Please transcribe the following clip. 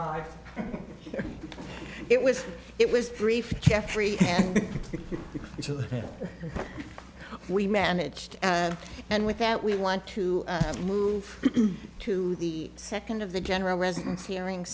thought it was it was brief jeffrey until we managed and and with that we want to move to the second of the general residence hearing